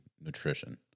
nutrition